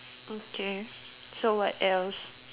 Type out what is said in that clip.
okay so what else